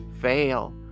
fail